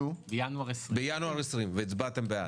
בינואר 20, והצבעתם בעד.